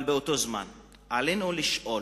אבל באותו זמן עלינו לשאול: